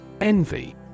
Envy